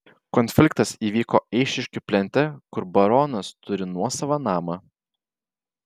konfliktas įvyko eišiškių plente kur baronas turi nuosavą namą